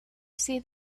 see